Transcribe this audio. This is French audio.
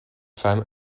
femmes